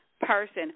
person